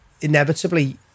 inevitably